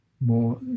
more